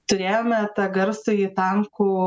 turėjome tą garsųjį tankų